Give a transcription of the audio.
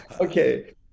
Okay